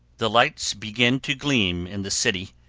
the lights begin to gleam in the city,